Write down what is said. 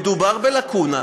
מדובר בלקונה,